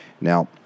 Now